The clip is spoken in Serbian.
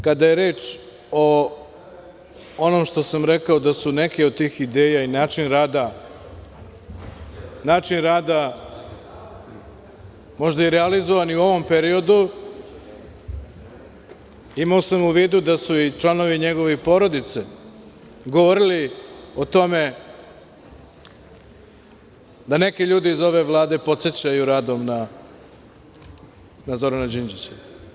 Kada je reč o onome što sam rekao da su neke od tih ideja i način rada možda i realizovani u ovom periodu, imao sam u vidu da su i članovi njegove porodice govorili o tome da neki ljudi iz ove Vlade podsećaju radom na Zorana Đinđića.